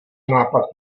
nápad